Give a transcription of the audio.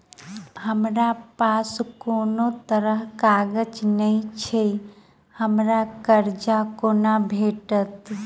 हमरा पास कोनो तरहक कागज नहि छैक हमरा कर्जा कोना भेटत?